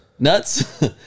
Nuts